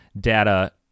data